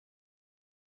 ya